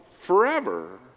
forever